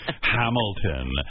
Hamilton